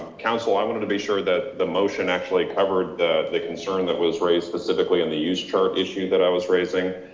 counsel, i wanted to be sure that the motion actually covered that the concern that was raised specifically in the use chart issue that i was raising